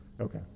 Okay